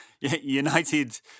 United